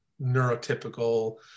neurotypical